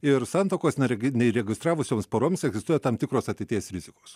ir santuokos neregi neįregistravusioms poroms egzistuoja tam tikros ateities rizikos